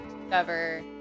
discover